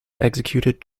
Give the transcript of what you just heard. executed